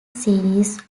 series